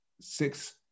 six